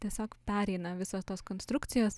tiesiog pereina visos tos konstrukcijos